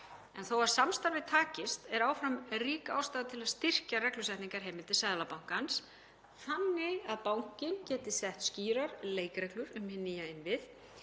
En þó að samstarfið takist er áfram rík ástæða til að styrkja reglusetningarheimildir Seðlabankans þannig að bankinn geti sett skýrar leikreglur um hina nýju innviði